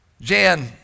Jan